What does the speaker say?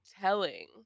telling